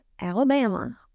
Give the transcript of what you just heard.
Alabama